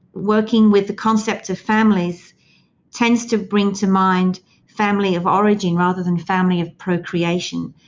working with the concept of families tends to bring to mind family of origin rather than family of procreation,